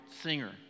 singer